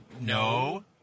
no